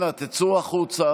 אנא, תצאו החוצה